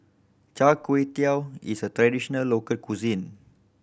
Char Kway Teow is a traditional local cuisine